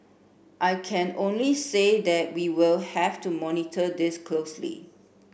I can only say that we will have to monitor this closely